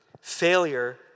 Failure